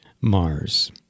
Mars